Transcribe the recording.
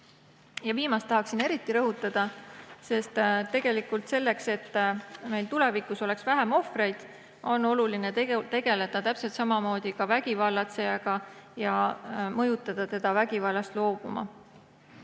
Viimast tahaksin eriti rõhutada, sest tegelikult selleks, et meil tulevikus oleks vähem ohvreid, on oluline tegeleda täpselt samamoodi ka vägivallatsejaga ja mõjutada teda vägivallast loobuma.